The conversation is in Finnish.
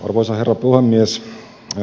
arvoisa herra puhemies